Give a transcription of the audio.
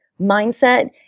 mindset